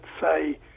say